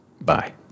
Bye